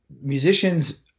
musicians